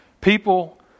People